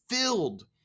filled